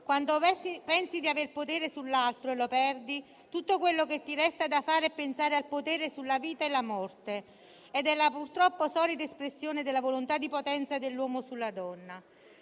Quando pensi di avere potere sull'altro e lo perdi tutto ciò che ti resta da fare è pensare al potere sulla vita e la morte. è, purtroppo, la solita espressione della volontà di potenza dell'uomo sulla donna.